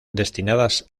destinadas